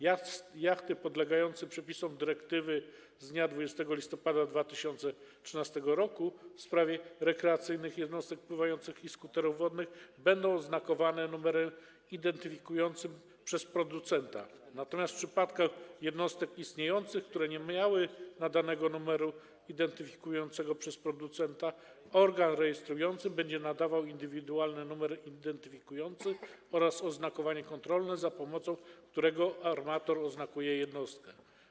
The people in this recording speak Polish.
Jachty podlegające przepisom dyrektywy z dnia 20 listopada 2013 r. w sprawie rekreacyjnych jednostek pływających i skuterów wodnych będą oznakowane numerem identyfikującym przez producenta, natomiast w przypadku jednostek istniejących, które nie miały nadanego numeru identyfikującego przez producenta, organ rejestrujący będzie nadawał indywidualny numer identyfikujący oraz oznakowanie kontrolne, za pomocą którego armator oznakuje jednostkę.